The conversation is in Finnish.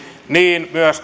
myös